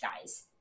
guys